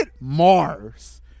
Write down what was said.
Mars